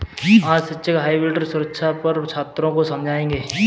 आज शिक्षक हाइब्रिड सुरक्षा पर छात्रों को समझाएँगे